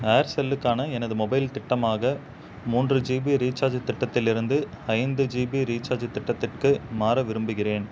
ஏர்செல்லுக்கான எனது மொபைல் திட்டமாக மூன்று ஜிபி ரீசார்ஜ் திட்டத்தில் இருந்து ஐந்து ஜிபி ரீசார்ஜ் திட்டத்திற்க்கு மாற விரும்புகின்றேன்